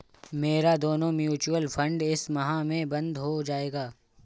मेरा दोनों mutual fund इस माह में बंद हो जायेगा